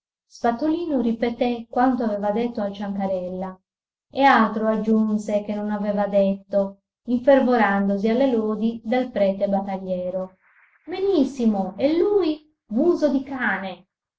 risposto spatolino ripeté quanto aveva detto al ciancarella e altro aggiunse che non aveva detto infervorandosi alle lodi del prete battagliero benissimo e lui muso di cane